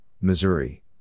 Missouri